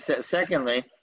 secondly